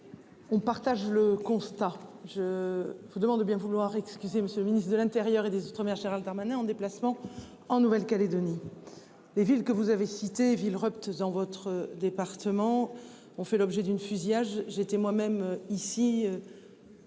On partage le constat je vous demande de bien vouloir excuser Monsieur le Ministre de l'Intérieur et des Outre-mer Gérald Herrmann est en déplacement en Nouvelle-Calédonie. Les villes que vous avez cité Villerupt dans votre département. On fait l'objet d'une fusillade. J'ai été moi-même ici.